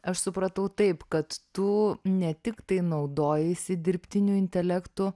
aš supratau taip kad tu ne tiktai naudojiesi dirbtiniu intelektu